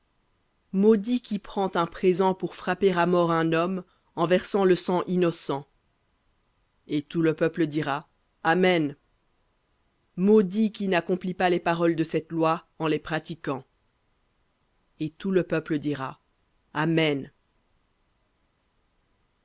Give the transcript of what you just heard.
maudit qui prend un présent pour frapper à mort un homme le sang innocent et tout le peuple dira amen maudit qui n'accomplit pas les paroles de cette loi en les pratiquant et tout le peuple dira amen